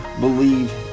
believe